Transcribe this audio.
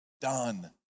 done